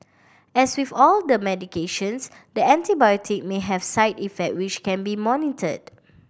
as with all the medications the antibiotic may have side effect which can be monitored